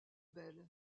belle